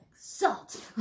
Salt